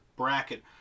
Bracket